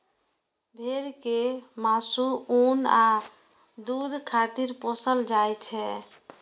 भेड़ कें मासु, ऊन आ दूध खातिर पोसल जाइ छै